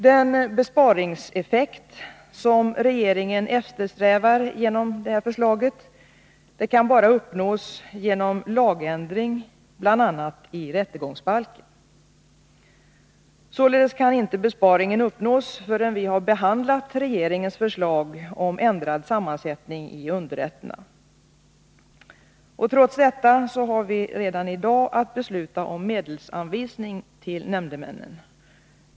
Den besparingseffekt som regeringen eftersträvar genom detta förslag kan bara uppnås genom lagändring bl.a. i rättegångsbalken. Således kan inte besparingen uppnås förrän vi har behandlat regeringens förslag om ändrad sammansättning i underrätterna. Trots detta har vi redan i dag att besluta om medelsanvisningen till nämndemännen.